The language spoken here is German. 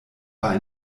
war